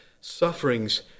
sufferings